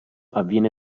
avviene